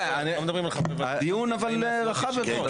בסדר, הדיון אבל רחב יותר.